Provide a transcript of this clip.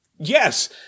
Yes